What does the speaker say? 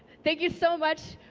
thank you so much,